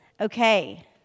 Okay